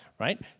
right